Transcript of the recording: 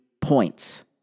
points